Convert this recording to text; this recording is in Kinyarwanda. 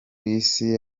isi